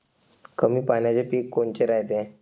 कमी पाण्याचे पीक कोनचे रायते?